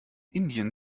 indien